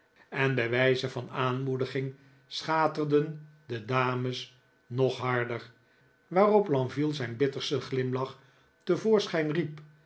gekken wijze van aanmoediging schaterden de dames nog harder waarop lenville zijn bit tersten glimlach te voorschijn riep